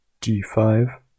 d5